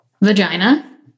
vagina